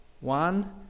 one